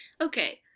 okay